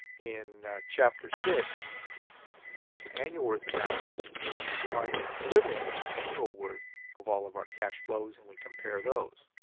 in chapter six we use annual worth analysis where we find any equivalent annual worth of all of our cash flows and we compare those.